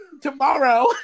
Tomorrow